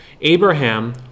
Abraham